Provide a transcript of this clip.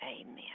amen